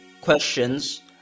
questions